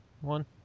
one